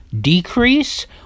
decrease